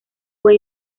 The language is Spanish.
fue